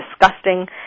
disgusting